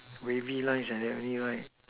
wavy lines like that only right